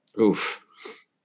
oof